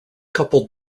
couple